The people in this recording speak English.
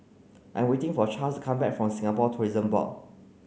I'm waiting for Charles come back from Singapore Tourism Board